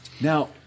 Now